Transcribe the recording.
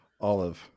Olive